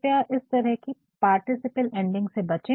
तो कृपया इस तरह की पार्टीसिपल एंडिंग्स से बचे